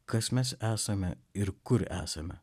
kas mes esame ir kur esame